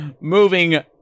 Moving